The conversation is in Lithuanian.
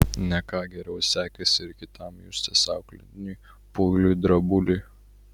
ne ką geriau sekėsi ir kitam justės auklėtiniui pauliui drabuliui